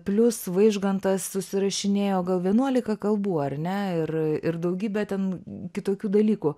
plius vaižgantas susirašinėjo gal vienuolika kalbų ar ne ir ir daugybę ten kitokių dalykų